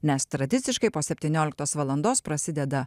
nes tradiciškai po septynioliktos valandos prasideda